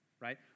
right